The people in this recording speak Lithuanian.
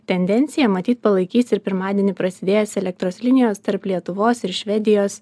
tendenciją matyt palaikys ir pirmadienį prasidėjęs elektros linijos tarp lietuvos ir švedijos